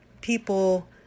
people